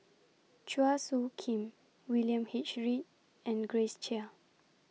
Chua Soo Khim William H Read and Grace Chia